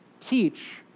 teach